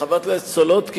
חברת הכנסת סולודקין,